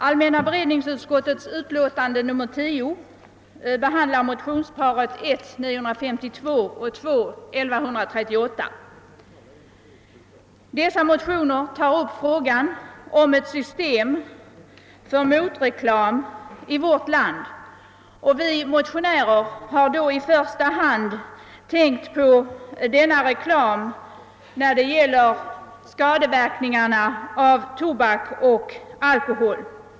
Allmänna berednings Ett system att motverka skadeverkningarna av viss reklam Dessa motioner tar upp frågan om ett system för motreklam i vårt land, och vi motionärer har då i första hand tänkt på denna reklam i samband med skadeverkningarna av tobak och alkohol.